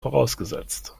vorausgesetzt